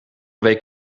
week